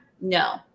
No